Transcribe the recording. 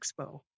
expo